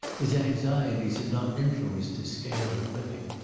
his anxieties had not influenced his scale of living.